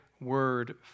word